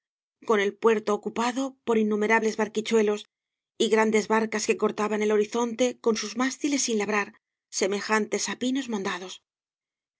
con el puerto ocupado por innumerables barquichuelos y grandes barcas que cortaban el horizonte con sus mástiles sin labrar semejantes á pinos mondados